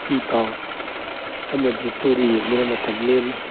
E ꯄꯥꯎ ꯑꯃꯗꯤ history ꯌꯦꯡꯗꯨꯅ ꯃꯇꯝ ꯂꯦꯜꯂꯤ